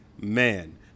man